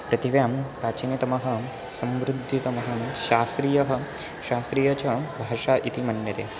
प्रथिव्यां प्राचीनतमा संवृद्धितमा शास्त्रीया शास्त्रीया च भाषा इति मन्यते